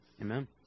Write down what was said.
Amen